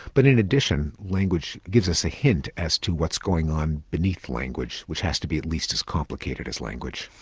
but in addition language gives us a hint as to what's going on beneath language, which has to be at least as complicated as language.